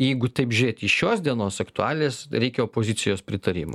jeigu taip žiūrėt į šios dienos aktualijas reikia opozicijos pritarimo